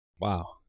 Wow